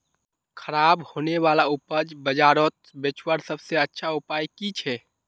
ख़राब होने वाला उपज बजारोत बेचावार सबसे अच्छा उपाय कि छे?